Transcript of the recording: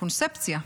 קונספציה,